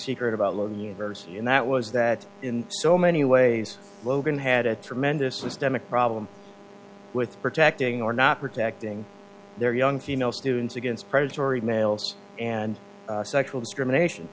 secret about lone universe and that was that in so many ways logan had a tremendous systemic problem with protecting or not protecting their young female students against predatory males and sexual discrimination